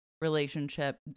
relationship